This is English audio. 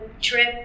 trip